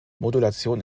modulation